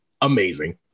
amazing